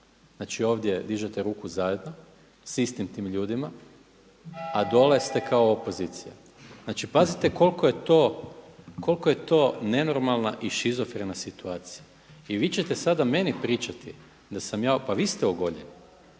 Znači ovdje dižete ruku zajedno s istim tim ljudima, a dole ste kao opozicija. Znači pazite koliko je to nenormalna i šizofrena situacija i vi ćete sada meni pričati da sam ja, pa vi ste ogoljeni.